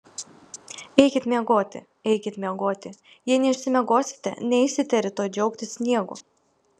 eikit miegoti eikit miegoti jei neišsimiegosite neisite rytoj džiaugtis sniegu